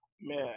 man